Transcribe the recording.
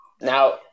Now